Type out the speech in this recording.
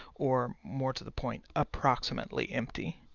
or more to the point approximately empty.